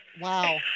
wow